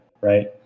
right